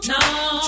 No